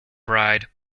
bride